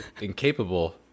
incapable